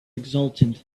exultant